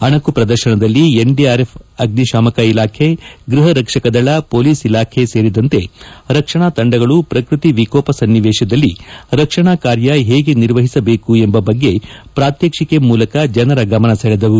ಅಣುಕು ಪ್ರದರ್ಶನದಲ್ಲಿ ಎನ್ಡಿಆರ್ಎಫ್ ಅಗ್ನಿತಾಮಕ ಇಲಾಖೆ ಗೃಹ ರಕ್ಷಕ ದಳ ಹೊಲೀಸ್ ಇಲಾಖೆ ಸೇರಿದಂತೆ ರಕ್ಷಣಾ ತಂಡಗಳು ಪ್ರಕೃತಿ ವಿಕೋಪ ಸನ್ನಿವೇಶದಲ್ಲಿ ರಕ್ಷಣಾ ಕಾರ್ಯ ಹೇಗೆ ನಿರ್ವಹಿಸಬೇಕು ಎಂಬ ಬಗ್ಗೆ ಪ್ರಾತ್ವಕ್ಷಿಕೆ ಮೂಲಕ ಜನರ ಗಮನ ಸೆಳೆದವು